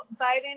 Biden